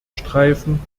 streifen